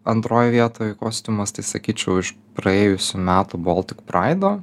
antroj vietoj kostiumas tai sakyčiau iš praėjusių metų baltic praido